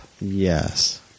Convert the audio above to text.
Yes